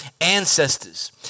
ancestors